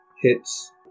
hits